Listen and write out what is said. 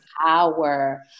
Power